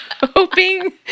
Hoping